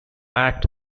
act